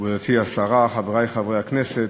תודה רבה, גברתי השרה, חברי חברי הכנסת,